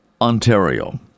Ontario